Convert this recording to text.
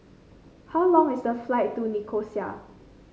how long is the flight to Nicosia